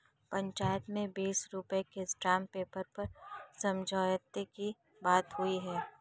पंचायत में बीस रुपए का स्टांप पेपर पर समझौते की बात हुई है